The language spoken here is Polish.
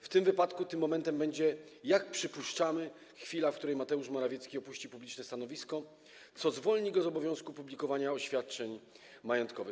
W tym wypadku tym momentem będzie, jak przypuszczamy, chwila, w której Mateusz Morawiecki opuści publiczne stanowisko, co zwolni go z obowiązku publikowania oświadczeń majątkowych”